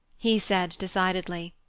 he said decidedly.